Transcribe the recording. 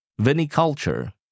Viniculture